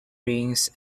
rings